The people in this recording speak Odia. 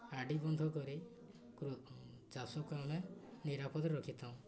ହାଡ଼ି ବନ୍ଧ କରି ଚାଷକୁ ଆମେ ନିରାପଦରେ ରଖିଥାଉ